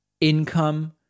income